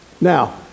Now